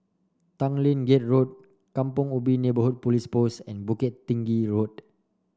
Tanglin Gate Road Kampong Ubi Neighbourhood Police Post and Bukit Tinggi Road